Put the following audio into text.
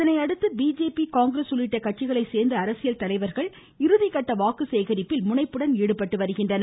இதனையடுத்து BJP Congress உள்ளிட்ட கட்சிகளை சேர்ந்த அரசியல் தலைவர்கள் இறுதிகட்ட வாக்கு சேகரிப்பில் முனைப்புடன் ஈடுபட்டு வருகின்றனர்